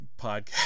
podcast